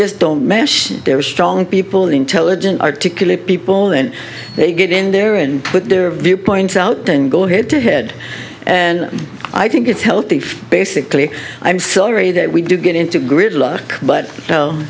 just don't match their strong people intelligent articulate people and they get in there and put their viewpoints out there and go head to head and i think it's healthy for basically i'm sorry that we do get in gridlock but